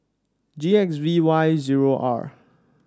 G X V Y zero R